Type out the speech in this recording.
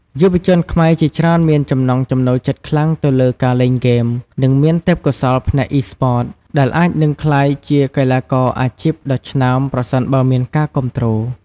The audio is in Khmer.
យុវជនខ្មែរជាច្រើនមានចំណង់ចំណូលចិត្តខ្លាំងទៅលើការលេងហ្គេម និងមានទេពកោសល្យផ្នែក Esports ដែលអាចនឹងក្លាយជាកីឡាករអាជីពដ៏ឆ្នើមប្រសិនបើមានការគាំទ្រ។